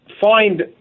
find